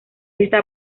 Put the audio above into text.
está